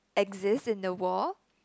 exists in the world